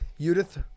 Judith